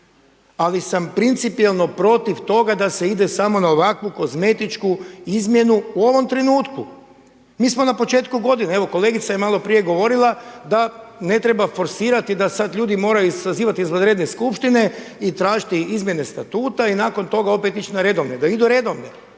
Ali sam principijelno protiv toga da se ide samo na ovakvu kozmetičku izmjenu u ovom trenutku. Mi smo na početku godine. Evo kolegica je malo prije govorila da ne treba forsirati da sad ljudi moraju sazivati izvanredne skupštine i tražiti izmjene statuta i nakon toga opet ići na redovne, da idu redovne.